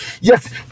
Yes